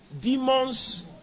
Demons